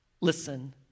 listen